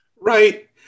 Right